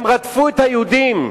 הם רדפו את היהודים,